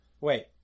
Wait